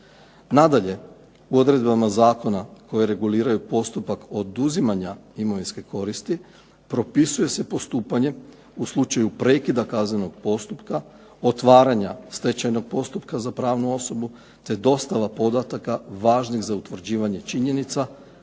Nadalje, u odredbama zakona koje reguliraju postupak oduzimanja imovinske koristi propisuje se postupanje u slučaju prekida kaznenog postupka, otvaranja stečajnog postupka za pravnu osobu, te dostava podataka važnih za utvrđivanje činjenica